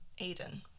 Aiden